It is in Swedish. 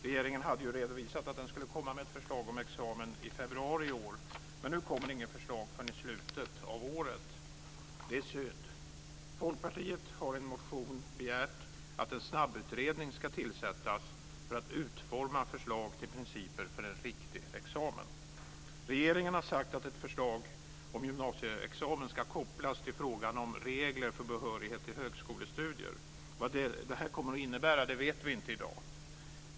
Regeringen hade redovisat att den skulle komma med ett förslag om examen i februari i år, men nu kommer det inget förslag förrän i slutet av året. Det är synd. Folkpartiet har i en motion begärt att en snabbutredning ska tillsättas för att utforma förslag till principer för en riktig examen. Regeringen har sagt att ett förslag om gymnasieexamen ska kopplas till frågan om regler för behörighet till högskolestudier. Vad detta kommer att innebära vet vi inte i dag.